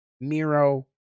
Miro